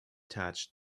touched